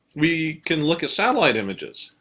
we can look at satellite images.